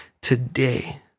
today